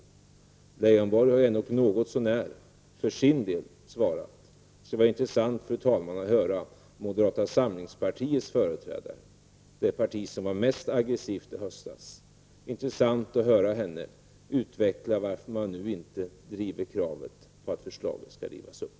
Lars Leijonborg har ändå något så när för sin del gett en förklaring. Det vore intressant att höra moderata samlingspartiets företrädare — det parti som var mest aggressivt i höstas — utveckla varför man nu inte driver kravet på att beslutet skall rivas upp.